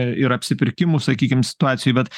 ir apsipirkimų sakykim situacijoj bet